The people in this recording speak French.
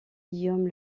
guillaume